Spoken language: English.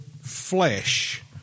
flesh